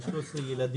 150, מתוכם 13 ילדים.